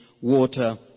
water